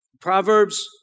Proverbs